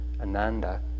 Ananda